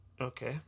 Okay